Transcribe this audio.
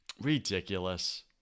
Ridiculous